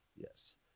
yes